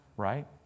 right